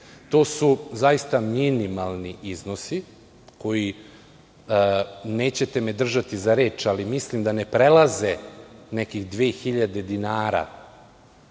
To su zaista minimalni iznosi koji, nećete me držati za reč, ali mislim da ne prelaze nekih 2.000 dinara,